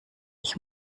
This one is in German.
ich